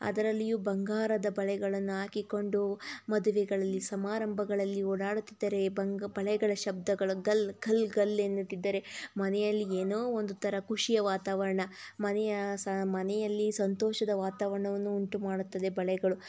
ಅದರಲ್ಲಿಯೂ ಬಂಗಾರದ ಬಳೆಗಳನ್ನು ಹಾಕಿಕೊಂಡು ಮದುವೆಗಳಲ್ಲಿ ಸಮಾರಂಭಗಳಲ್ಲಿ ಓಡಾಡುತ್ತಿದ್ದರೆ ಬಂಗ್ ಬಳೆಗಳ ಶಬ್ದಗಳು ಘಲ್ ಘಲ್ ಘಲ್ ಎನ್ನುತ್ತಿದ್ದರೆ ಮನೆಯಲ್ಲಿ ಏನೋ ಒಂದು ಥರ ಖುಷಿಯ ವಾತಾವರಣ ಮನೆಯ ಸ ಮನೆಯಲ್ಲಿ ಸಂತೋಷದ ವಾತಾವರಣವನ್ನು ಉಂಟು ಮಾಡುತ್ತದೆ ಬಳೆಗಳು